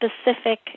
specific